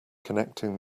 connecting